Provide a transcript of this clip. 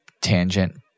tangent